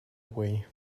way